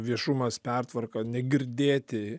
viešumas pertvarka negirdėti